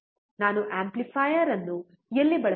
ನಾವು ಆಂಪ್ಲಿಫೈಯರ್ ಅನ್ನು ಎಲ್ಲಿ ಬಳಸಬಹುದು